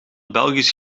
belgisch